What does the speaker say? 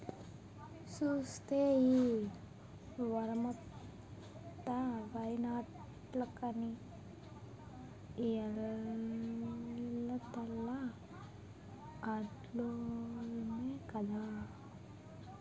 సూస్తే ఈ వోరమంతా వరినాట్లకని ఎల్లిందల్లా ఆడోల్లమే కదా